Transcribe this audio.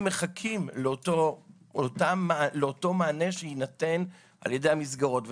מחכים לאותו מענה שיינתן על ידי המסגרות.